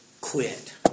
quit